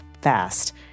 fast